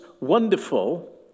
wonderful